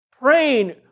Praying